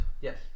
Yes